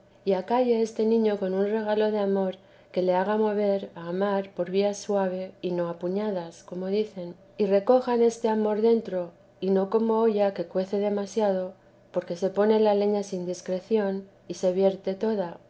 y acalle este niño con un regalo de amor que le haga mover a amar por vía suave y no a puñadas como dicen que recojan este amor dentro y no como olla que cuece demasiado porque se pone la leña sin discreción y se vierte toda